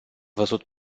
văzut